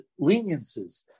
leniences